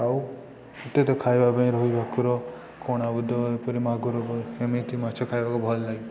ଆଉ ଏତେ ତ ଖାଇବା ପାଇଁ ରୁହି ଭାକୁର କୋଣବୁଦ ଏପରି ମାଗୁର ଏମିତି ମାଛ ଖାଇବାକୁ ଭଲ ଲାଗେ